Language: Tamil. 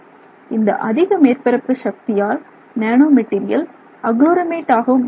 இந்த அதிக மேற்பரப்பு சக்தியால் நானோ மெட்டீரியல் அஃகுளோரோமைட் ஆக முயற்சிக்கிறது